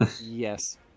Yes